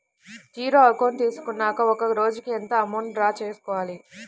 Zero account తీసుకున్నాక ఒక రోజుకి ఎంత అమౌంట్ డ్రా చేసుకోవాలి?